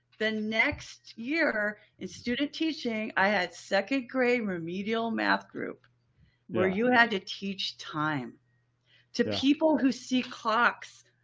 then next year in student teaching, i had second grade remedial math group where you had to teach time to people who see clocks.